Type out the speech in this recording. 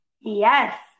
Yes